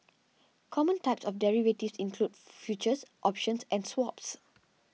common types of derivatives include futures options and swaps